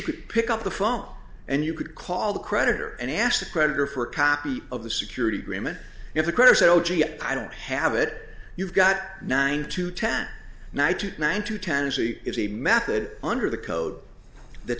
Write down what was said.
could pick up the phone and you could call the creditor and ask the creditor for a copy of the security agreement if a critter said oh gee i don't have it you've got nine to ten now to man to tennessee is a method under the code that